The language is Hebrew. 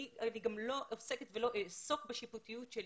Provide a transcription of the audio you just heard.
אני גם לא עוסקת ולא אעסוק בשיפוטיות אם